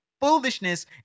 foolishness